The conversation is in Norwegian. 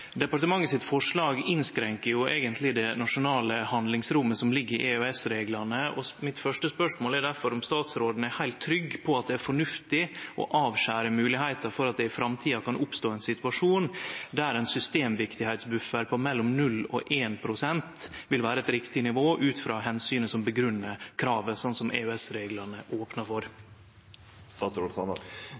jo eigentleg det nasjonale handlingsrommet som ligg i EØS-reglane. Mitt første spørsmål er difor om statsråden er heilt trygg på at det er fornuftig å avskjere moglegheita for at det i framtida kan oppstå ein situasjon der ein systemviktigheitsbuffer på mellom 0 og 1 pst. vil vere eit riktig nivå ut frå omsynet som grunngjev kravet, slik som EØS-reglane opnar for.